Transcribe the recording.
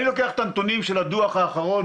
אני לוקח את הנתונים מהדוח האחרון,